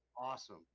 awesome